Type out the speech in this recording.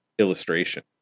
illustration